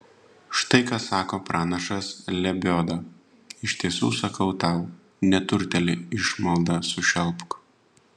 štai ką sako pranašas lebioda iš tiesų sakau tau neturtėlį išmalda sušelpk